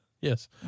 Yes